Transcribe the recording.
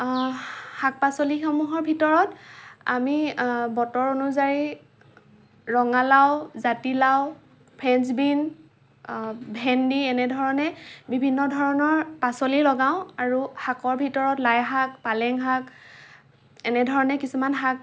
শাক পাচলিসমূহৰ ভিতৰত আমি বতৰ অনুযায়ী ৰঙালাও জাতিলাও ফেঞ্জবিন ভেন্দি এনেধৰণে বিভিন্ন ধৰণৰ পাচলি লগাও আৰু শাকৰ ভিতৰত লাই শাক পালেং শাক এনেধৰণে কিছুমান শাক